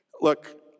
Look